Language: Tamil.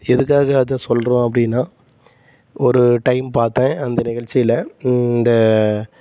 எதுக்காக அதை சொல்கிறோம் அப்படினா ஒரு டைம் பார்த்தேன் அந்த நிகழ்ச்சியில இந்த